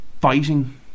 fighting